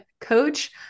coach